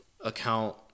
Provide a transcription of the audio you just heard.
account